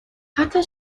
حتی